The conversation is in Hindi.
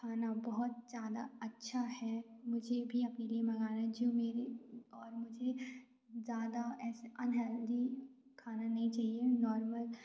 खाना बहुत ज्यादा अच्छा है मुझे भी अपने लिए मंगाना है जो मेरे और मुझे ज्यादा ऐसा अनहेल्दी खाना नहीं चाहिए नार्मल